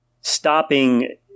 stopping